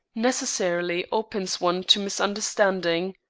necessarily opens one to misunderstanding.